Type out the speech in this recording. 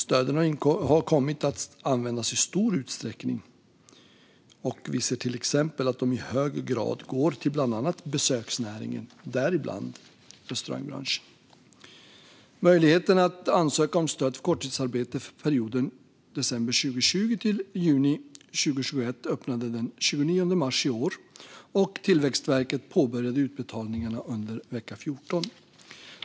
Stöden har kommit att användas i stor utsträckning. Vi ser till exempel att de i hög grad går till bland annat besöksnäringen, däribland restaurangbranschen. Möjligheten att ansöka om stöd för korttidsarbete för perioden december 2020 till juni 2021 öppnade den 29 mars i år, och Tillväxtverket påbörjade utbetalningarna under vecka 14.